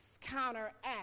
Counteract